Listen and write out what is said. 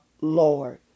Lord